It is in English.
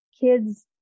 kids